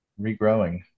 regrowing